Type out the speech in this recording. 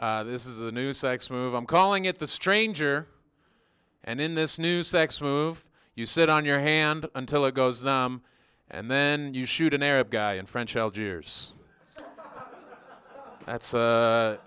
this is a new sex move i'm calling it the stranger and in this new sex move you sit on your hand until it goes numb and then you shoot an arab guy in french algiers that's a